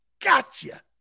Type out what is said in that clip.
gotcha